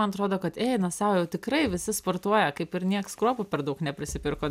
man atrodo kad eina sau jau tikrai visi sportuoja kaip ir nieks kruopų per daug neprisipirko